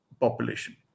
population